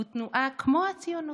הוא תנועה, כמו הציונות.